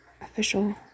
official